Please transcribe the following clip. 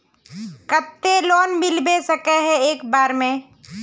केते लोन मिलबे सके है एक बार में?